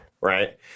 right